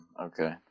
Okay